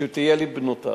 שטייל עם בנותיו.